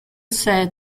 said